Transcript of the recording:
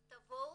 אז תבואו,